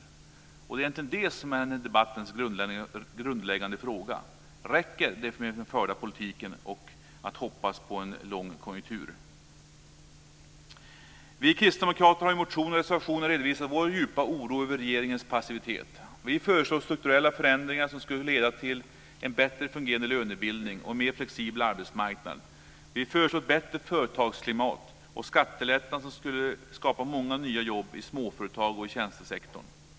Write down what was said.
Detta är egentligen denna debatts grundläggande fråga: Räcker det med dem förda politiken och att hoppas på en lång högkonjunktur? Vi kristdemokrater har i motioner och reservationer redovisat vår djupa oro över regeringens passivitet. Vi föreslår strukturella förändringar som skulle leda till en bättre fungerande lönebildning och en mer flexibel arbetsmarknad. Vi föreslår ett bättre företagsklimat och skattelättnader som skulle skapa många nya jobb i småföretag och i tjänstesektorn.